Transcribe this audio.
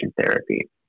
therapy